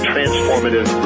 Transformative